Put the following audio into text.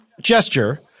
gesture